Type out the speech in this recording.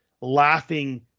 laughing